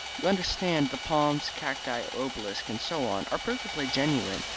you understand, the palms, cacti, obelisk, and so on, are perfectly genuine,